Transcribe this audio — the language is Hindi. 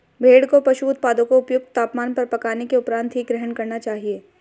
भेड़ को पशु उत्पादों को उपयुक्त तापमान पर पकाने के उपरांत ही ग्रहण करना चाहिए